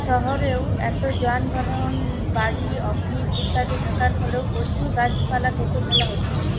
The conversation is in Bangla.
শহরেও এতো যানবাহন বাড়ি অফিস ইত্যাদি থাকার ফলেও প্রচুর গাছপালা কেটে ফেলা হচ্ছে